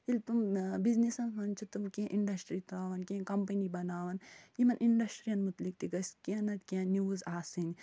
ییٚلہِ تِم بزنِسس منٛز چھِ تِم کیٚنٛہہ اِنٛڈسٹری تَراوان کیٚنٛہہ کمپٔنی بَناوان یِمن اِنڈسٹرٛی یَن متعلق تہِ گَژھِ کیٚنٛہہ نَتہِ کیٚنٛہہ نِوٕز آسٕنۍ